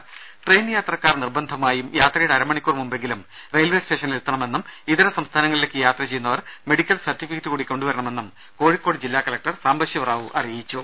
രുമ ട്രെയിൻ യാത്രക്കാർ നിർബന്ധമായും യാത്രയുടെ അര മണിക്കൂർ മുമ്പെങ്കിലും റെയിൽവേ സ്റ്റേഷനിൽ എത്തണമെന്നും ഇതര സംസ്ഥാനങ്ങളിലേക്ക് യാത്ര ചെയ്യുന്നവർ മെഡിക്കൽ സർട്ടിഫിക്കറ്റ് കൂടി കൊണ്ടുവരണമെന്നും കോഴിക്കോട് ജില്ലാ കലക്ടർ സാംബശിവറാവു അറിയിച്ചു